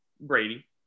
Brady